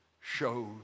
showed